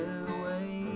away